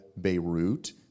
Beirut